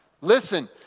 Listen